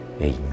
Amen